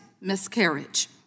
miscarriage